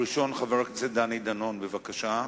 הראשון, חבר הכנסת דני דנון, בבקשה.